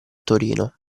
torino